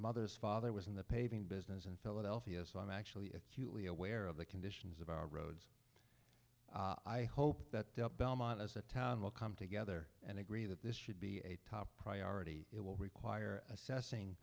mother's father was in the paving business in philadelphia so i'm actually acutely aware of the conditions of our roads i hope that belmont as a town will come together and agree that this should be a top priority it will require assessing